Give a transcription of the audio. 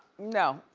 no,